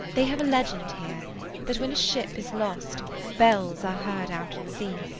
they have a legend here that when a ship is lost bells are heard out at sea.